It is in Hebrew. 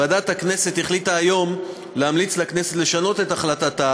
ועדת הכנסת החליטה היום להמליץ לכנסת לשנות את החלטתה